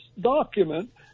document